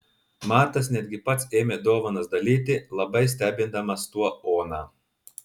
matas netgi pats ėmė dovanas dalyti labai stebindamas tuo oną